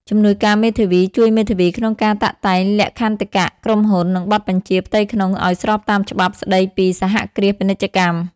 ជំនួយការមេធាវីជួយមេធាវីក្នុងការតាក់តែងលក្ខន្តិកៈក្រុមហ៊ុន និងបទបញ្ជាផ្ទៃក្នុងឱ្យស្របតាមច្បាប់ស្តីពីសហគ្រាសពាណិជ្ជកម្ម។